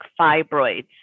fibroids